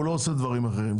הם לא עושים דברים אחרים,